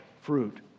fruit